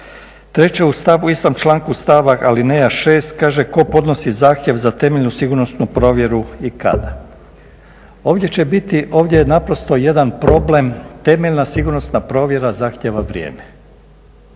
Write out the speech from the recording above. Treće, u istom članku stavak alineja 6. kaže tko podnosi zahtjev za temeljnu sigurnosnu provjeru i kada. Ovdje će biti, ovdje je naprosto jedan problem temeljna sigurnosna provjera zahtjeva vrijeme.